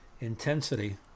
intensity